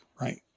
right